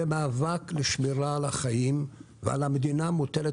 זה מאבק לשמירה על החיים ועל המדינה מוטלת